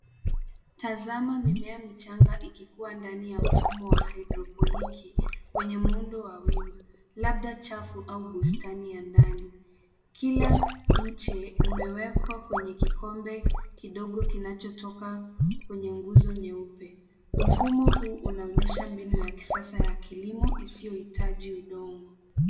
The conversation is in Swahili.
Tazama mimea michanga ikikua ndani ya mfumo wa hydroponiki, wenye muudo wa wima, labda chafu au bustani ya ndani. Kila mche umewekwa kwenye kikombe kidogo kinachotoka kwenye nguzo nyeupe. Mfumo huu unaonyesha mbinu ya kisasa ya kilimo, isiyohitaji udongo.